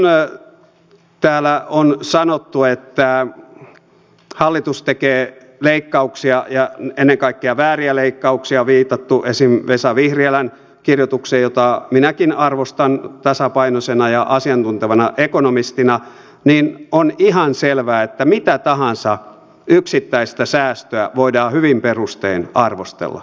kun täällä on sanottu että hallitus tekee leikkauksia ja ennen kaikkea vääriä leikkauksia on viitattu vesa vihriälän kirjoitukseen jota minäkin arvostan tasapainoisena ja asiantuntevan ekonomistina niin on ihan selvää että mitä tahansa yksittäistä säästöä voidaan hyvin perustein arvostella